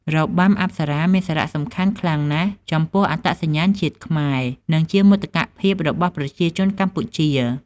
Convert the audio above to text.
របាំអប្សរាមានសារៈសំខាន់ខ្លាំងណាស់ចំពោះអត្តសញ្ញាណជាតិខ្មែរ និងជាមោទកភាពរបស់ប្រជាជនកម្ពុជា។